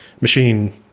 machine